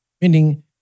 Meaning